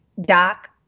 Doc